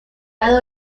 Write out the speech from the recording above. lado